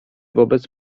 wobec